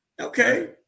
okay